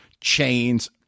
chains